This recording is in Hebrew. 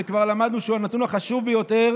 וכבר למדנו שהוא הנתון החשוב ביותר